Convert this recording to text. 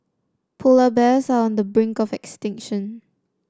polar bears are on the brink of extinction